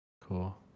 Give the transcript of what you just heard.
Cool